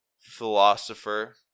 philosopher